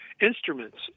instruments